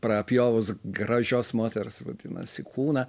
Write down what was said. prapjovus gražios moters vadinasi kūną